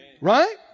Right